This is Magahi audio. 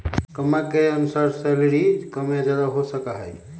कम्मा के अनुसार सैलरी कम या ज्यादा हो सका हई